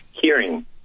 hearing